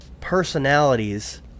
personalities